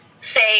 say